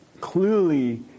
clearly